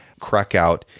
Crackout